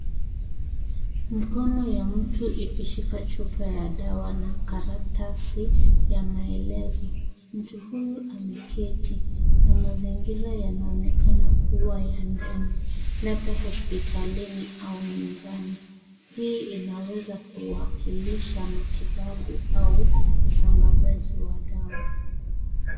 Mkono ya mtu ikishika chupa ya dawa na karatasi ya maelezo mtu huyu ameketi na mazingira yanaonekana kuwa ya ndani labda hospitalini au nyumbani hii inaweza kuwakilisha matibabu au usambazaji wa dawa.